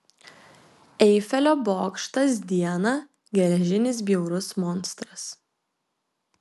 eifelio bokštas dieną geležinis bjaurus monstras